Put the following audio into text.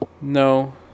No